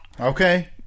Okay